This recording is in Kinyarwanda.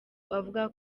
avuga